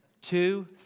two